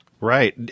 Right